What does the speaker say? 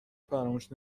فراموش